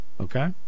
Okay